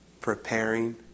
preparing